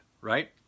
right